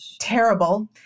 terrible